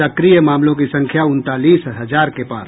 सक्रिय मामलों की संख्या उनतालीस हजार के पार